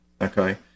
okay